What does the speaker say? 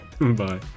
Bye